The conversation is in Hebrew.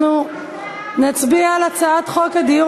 אנחנו נצביע על הצעת חוק הדיור